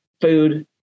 food